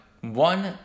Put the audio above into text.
one